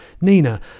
Nina